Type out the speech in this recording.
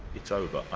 it's over. ah